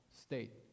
state